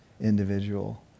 individual